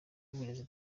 w’uburezi